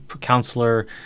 counselor